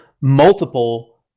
Multiple